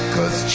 Cause